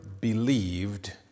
believed